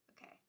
Okay